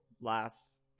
last